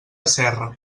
serra